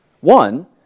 One